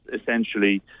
essentially